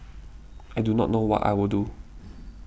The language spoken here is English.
I do not know what I will do